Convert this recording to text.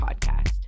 podcast